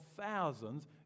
thousands